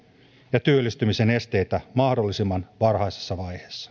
ja työllistymisen esteitä mahdollisimman varhaisessa vaiheessa julkisiin